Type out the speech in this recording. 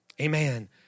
Amen